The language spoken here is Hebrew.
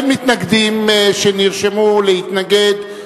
אין מתנגדים שנרשמו להתנגד,